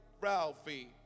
Ralphie